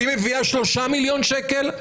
האם מביאה 3 מיליון שקל?